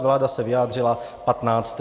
Vláda se vyjádřila 15.